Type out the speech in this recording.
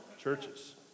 churches